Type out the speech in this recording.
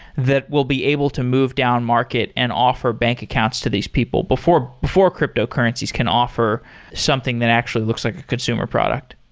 that will be able to move down market and offer bank accounts to these people before before cryptocurrencies can offer something that actually looks like a consumer product?